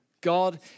God